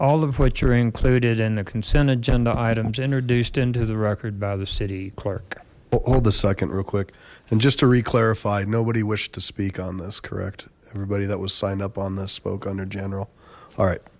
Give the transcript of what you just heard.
all of which are included in the consent agenda items introduced into the record by the city clerk well all the second real quick and just to reclassify nobody wish to speak on this correct everybody that was signed up on this spoke under general a